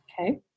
Okay